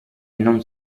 non